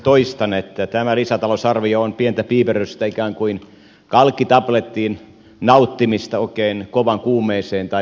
toistan että tämä lisätalousarvio on pientä piiperrystä ikään kuin kalkkitabletin nauttimista oikein kovaan kuumeeseen tai vastaavaan sairauteen